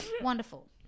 Wonderful